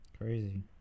Crazy